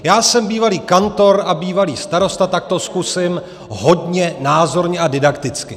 Já jsem bývalý kantor a bývalý starosta, tak to zkusím hodně názorně a didakticky.